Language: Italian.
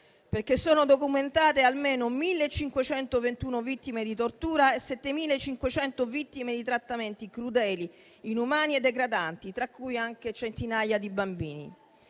perché sono documentate almeno 1.521 vittime di tortura e 7.500 vittime di trattamenti crudeli, inumani e degradanti, tra cui anche centinaia di bambini.